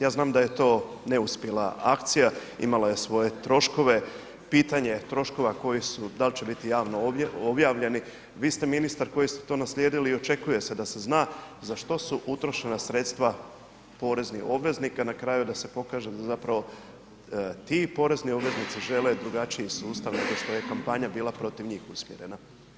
Ja znam da je to neuspjela akcija, imala je svoje troškove, pitanje troškova koji su, da li će biti javno objavljeni, vi ste ministar koji ste to naslijedili i očekuje se da se zna za što su utrošena sredstva poreznih obveznika, na kraju da se pokaže da zapravo ti porezni obveznici žele drugačiji sustav nego što je kampanja bila protiv njih usmjerena.